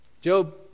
Job